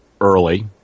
early